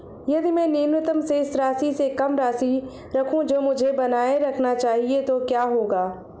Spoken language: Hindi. यदि मैं न्यूनतम शेष राशि से कम राशि रखूं जो मुझे बनाए रखना चाहिए तो क्या होगा?